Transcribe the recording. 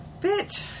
Bitch